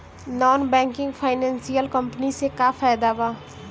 Non banking financial company से का फायदा बा?